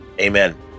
Amen